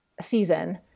season